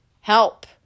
help